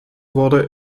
wurde